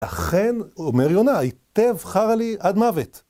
אכן, אומר יונה, היטב חרה לי עד מוות.